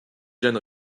jeanne